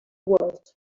world